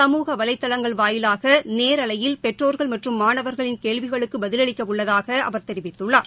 சமூக வலைதளங்கள் வாயிலாக நேரலையில் பெற்றோா்கள் மற்றும் மாணவர்களின் கேள்விகளுக்கு அவர் பதிலளிக்க உள்ளதாக அவர் தெரிவித்துள்ளார்